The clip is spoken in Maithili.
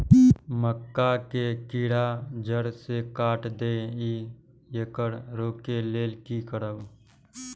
मक्का के कीरा जड़ से काट देय ईय येकर रोके लेल की करब?